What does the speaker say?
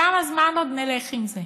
כמה זמן עוד נלך עם זה?